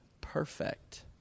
perfect